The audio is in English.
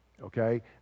Okay